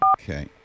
Okay